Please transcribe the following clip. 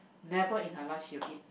never in her life she will eat